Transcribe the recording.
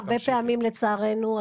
הרבה פעמים לצערנו,